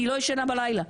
אני לא ישנה בלילה,